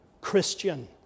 Christian